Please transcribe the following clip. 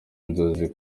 inzozi